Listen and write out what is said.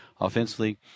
offensively